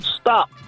Stop